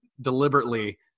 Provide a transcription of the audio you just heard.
deliberately